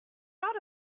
out